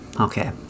Okay